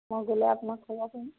মই গ'লে আপোনাক খবৰ কৰিম